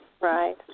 right